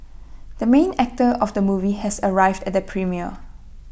the main actor of the movie has arrived at the premiere